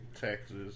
Texas